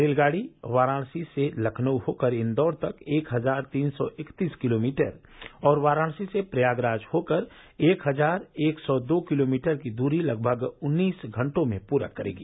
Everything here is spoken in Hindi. रेलगाडी वाराणसी से लखनऊ होकर इंदौर तक एक हजार तीन सौ इकतीस किलोमीटर और वाराणसी से प्रयागराज होकर एक हजार एक सौ दो किलोमीटर की दूरी लगभग उन्नीस घंटों में पूरी करेगी